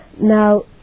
Now